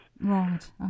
Right